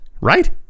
right